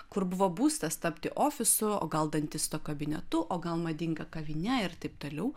kur buvo būstas tapti ofisu o gal dantisto kabinetu o gal madinga kavine ir taip toliau